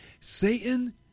Satan